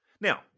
Now